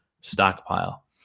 stockpile